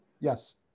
Yes